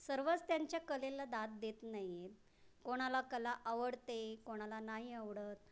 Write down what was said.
सर्वच त्यांच्या कलेला दाद देत नाही आहेत कोणाला कला आवडते कोणाला नाही आवडत